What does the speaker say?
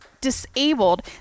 disabled